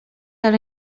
ale